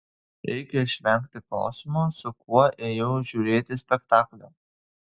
reikia išvengti klausimo su kuo ėjau žiūrėti spektaklio